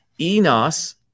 Enos